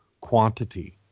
quantity